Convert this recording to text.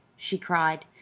she cried,